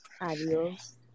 Adios